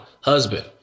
husband